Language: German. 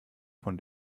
von